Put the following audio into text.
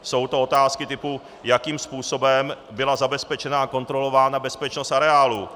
Jsou to otázky typu, jakým způsobem byla zabezpečena a kontrolována bezpečnost areálu.